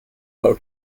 low